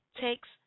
takes